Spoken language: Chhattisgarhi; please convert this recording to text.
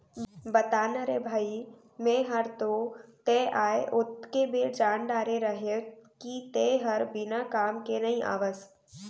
बता ना रे भई मैं हर तो तैं आय ओतके बेर जान डारे रहेव कि तैं हर बिना काम के नइ आवस